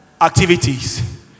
activities